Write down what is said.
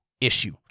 issue